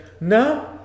No